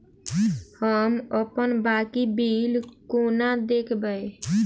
हम अप्पन बाकी बिल कोना देखबै?